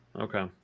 Okay